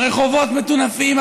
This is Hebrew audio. הרחובות מטונפים,